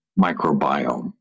microbiome